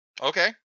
okay